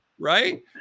right